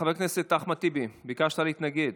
חבר הכנסת אחמד טיבי, ביקשת להתנגד.